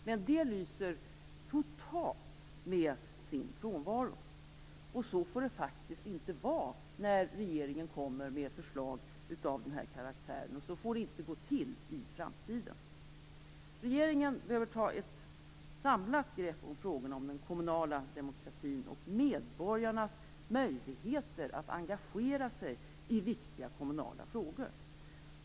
Men det lyser totalt med sin frånvaro. Och så får det faktiskt inte vara när regeringen kommer med förslag av den här karaktären, och så får det inte gå till i framtiden. Regeringen behöver ta ett samlat grepp om frågorna om den kommunala demokratin och medborgarnas möjligheter att engagera sig i viktiga kommunala frågor.